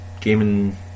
gaming